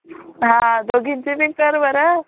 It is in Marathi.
हा दोघींचे बी कर बरं